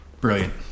Brilliant